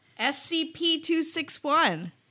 SCP-261